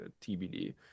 TBD